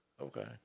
Okay